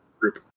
group